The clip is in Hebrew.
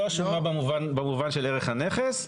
לא השומה במובן של ערך הנכס,